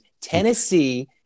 tennessee